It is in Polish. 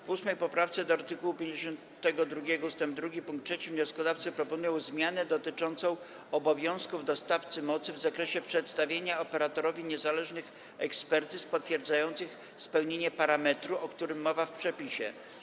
W 8. poprawce do art. 52 ust. 2 pkt 3 wnioskodawcy proponują zmianę dotyczącą obowiązków dostawcy mocy w zakresie przedstawienia operatorowi niezależnych ekspertyz potwierdzających spełnienie parametru, o którym mowa w przepisie.